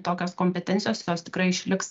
tokios kompetencijos jos tikrai išliks